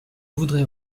voudrais